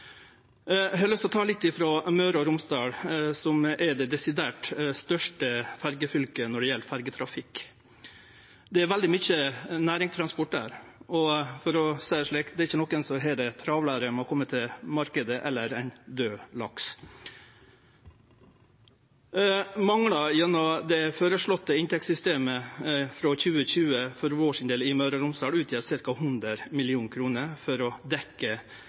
ha på plass desse som går, og som går heile døgnet. Eg har lyst til å seie litt om Møre og Romsdal, som er det desidert største fylket når det gjeld ferjetrafikk. Det er veldig mykje næringstransport der, og for å seie det slik: Det er ikkje nokon som har det travlare med å kome til marknaden enn ein daud laks. Gjennom det føreslåtte inntektssystemet frå 2020 for vår del, i Møre og Romsdal, manglar det ca. 100